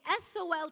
SOL